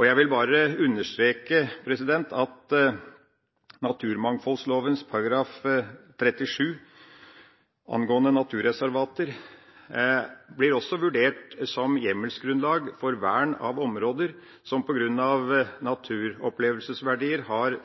Jeg vil bare understreke at naturmangfoldloven § 37, om naturreservater, blir vurdert som hjemmelsgrunnlag for vern av områder som på grunn av naturopplevelsesverdier har